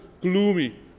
gloomy